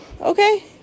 okay